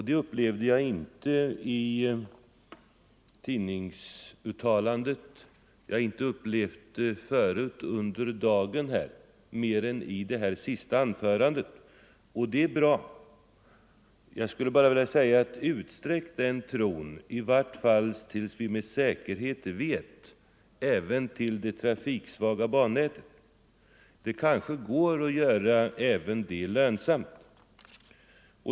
Det upplevde jag inte att han hade i tidningsuttalandet, och jag har inte heller upplevt det tidigare under dagen — mer än i det senaste anförandet. Det är bra att tron visade sig där. Jag skulle bara vilja säga: Utsträck den tron — i varje fall till dess vi med säkerhet vet hur vi skall ställa oss — även till det trafiksvaga bannätet. Det kanske går att göra även det lönsamt.